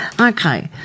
Okay